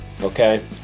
Okay